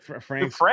Frank